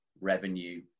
Revenue